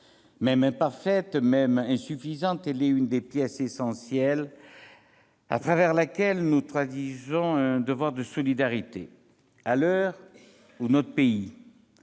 Même imparfaite, même insuffisante, elle est l'une des pièces essentielles au travers de laquelle nous traduisons un devoir de solidarité. À l'heure où la France